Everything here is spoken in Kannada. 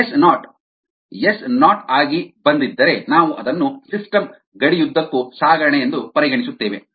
ಎಸ್ ನಾಟ್ ವು ಎಸ್ ನಾಟ್ ಆಗಿ ಬಂದಿದ್ದರೆ ನಾವು ಅದನ್ನು ಸಿಸ್ಟಮ್ ಗಡಿಯುದ್ದಕ್ಕೂ ಸಾಗಣೆ ಎಂದು ಪರಿಗಣಿಸುತ್ತೇವೆ